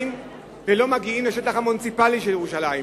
ולא מגיעים לשטח המוניציפלי של ירושלים,